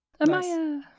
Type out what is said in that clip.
Amaya